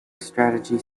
strategy